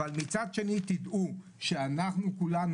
אבל מצד שני תדעו שאנחנו כולנו,